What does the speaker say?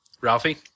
Ralphie